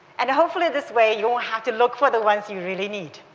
and hopefully this way you won't have to look for the ones you really need.